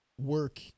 work